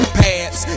pads